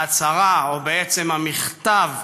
ההצהרה, או בעצם המכתב,